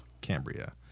Cambria